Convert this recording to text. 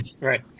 Right